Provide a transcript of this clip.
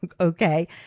okay